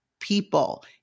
people